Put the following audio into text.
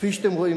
כפי שאתם רואים,